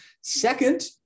Second